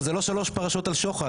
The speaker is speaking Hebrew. אבל זה לא שלוש פרשות על שוחד,